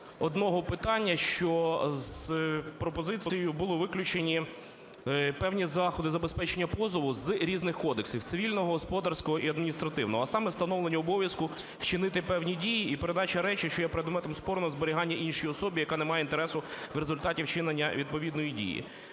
одного питання, що з пропозиції були виключені певні заходи забезпечення позову з різних кодексів: Цивільного, Господарського і адміністративного, а саме: встановлення обов'язку вчинити певні дії і передача речі, що є предметом спору, на зберігання іншій особі, яка не має інтересу в результаті вчинення відповідної дії.